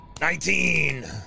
Nineteen